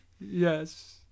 Yes